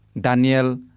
Daniel